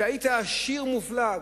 אתה שהיית עשיר מופלג,